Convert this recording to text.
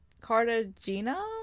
Cartagena